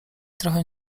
trochę